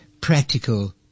practical